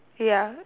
ya